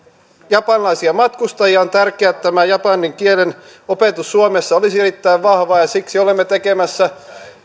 japanilaisia matkustajia on tärkeää että japanin kielen opetus suomessa olisi erittäin vahvaa ja siksi olemme tekemässä